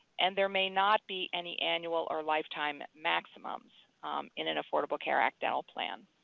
and there may not be any annual or lifetime maximums in an affordable care act dental plan.